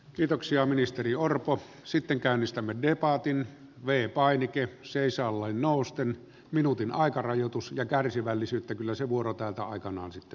kiitoksia ministeri orpo sitten käynnistämä ja paatin vei painikkeen seisaalleen nousten minuutin aikarajoitus ja kärsivällisyyttä kyllösen vuoro täältä aikanaan kiitos